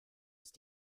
ist